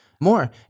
more